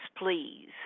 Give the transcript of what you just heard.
please